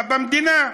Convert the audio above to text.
במדינה.